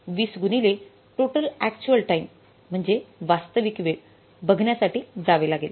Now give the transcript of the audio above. २० गुणिले total actual time म्हणजे वास्तविक वेळ बघण्यासाठी जावे लागेल